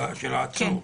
כן.